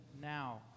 now